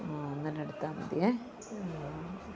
ആ അങ്ങനെ എടുത്താൽ മതിയേ